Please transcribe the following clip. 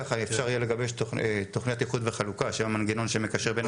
ככה אפשר יהיה לגבש תכניות איחוד וחלוקה של המנגנון שמקשר בין